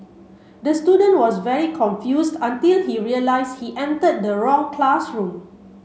the student was very confused until he realize he enter the wrong classroom